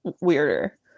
weirder